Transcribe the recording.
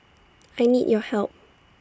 I need your help